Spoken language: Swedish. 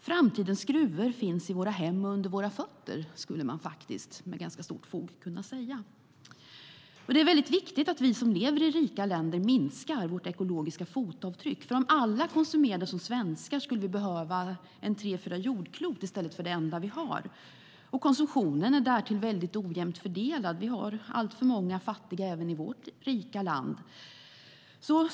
Framtidens gruvor finns i våra hem och under våra fötter, skulle man faktiskt med ganska stort fog kunna säga. Det är väldigt viktigt att vi som lever i rika länder minskar vårt ekologiska fotavtryck. Om alla konsumerade som svenskar skulle vi behöva tre fyra jordklot i stället för det enda vi har. Därtill är konsumtionen väldigt ojämnt fördelad. Vi har alltför många fattiga även i vårt rika land.